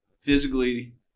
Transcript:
Physically